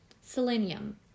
Selenium